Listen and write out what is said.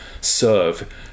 serve